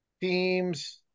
teams